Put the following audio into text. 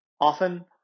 Often